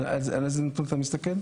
על איזה נתון אתה מסתכל?